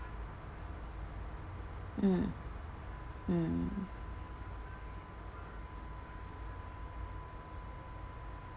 mm mm